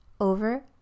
over